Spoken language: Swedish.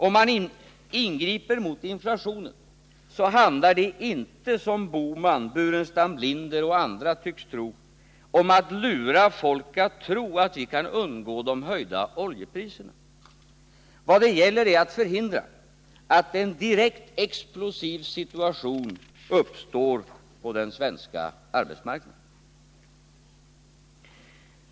Om man ingriper mot inflationen handlar det inte, som herrar Bohman och Burenstam Linder och andra tycks tro, om att lura folk att tro att vi kan undgå de höjda oljepriserna. Vad det gäller är att förhindra att en direkt explosiv situation uppstår på den svenska arbetsmarknaden.